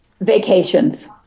Vacations